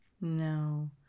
No